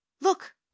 look